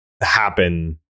happen